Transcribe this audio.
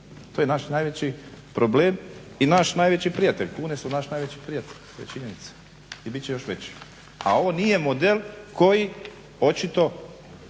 To je naš najveći problem i naš najveći prijatelj, kune su naš najveći prijatelj, to je činjenica i bit će još veći. A ovo nije model koji očito